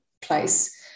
place